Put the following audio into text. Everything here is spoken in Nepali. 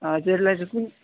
हजुरलाई चाहिँ कुन